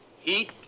heat